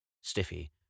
Stiffy